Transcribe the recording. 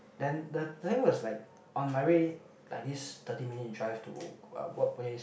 then the thing was like on my way like this thirty minutes drive to my workplace